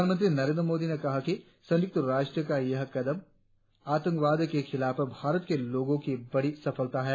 प्रधानमंत्री नरेंद्र मोदी ने कहा कि संयुक्त राष्ट्र का यह कदम आतंकवाद के खिलाफ भारत के लोगों की बड़ी सफलता है